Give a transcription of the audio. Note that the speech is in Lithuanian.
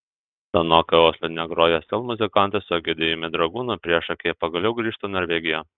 senokai osle negroję sel muzikantai su egidijumi dragūnu priešakyje pagaliau grįžta į norvegiją